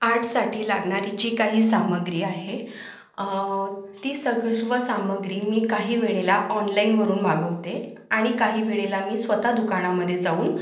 आर्टसाठी लागणारी जी काही सामग्री आहे ती सामग्री मी काही वेळेला ऑणलाईनवरून मागवते आणि काही वेळेला मी स्वतः दुकानामध्ये जाऊन